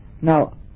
Now